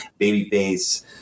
babyface